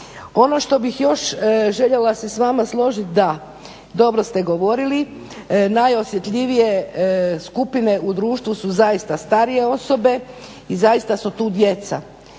Ono što bih još željela se s vama složiti da dobro ste govorili, najosjetljivije skupine u društvu su zaista starije osobe i zaista su tu djeca,